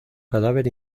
cadáver